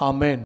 Amen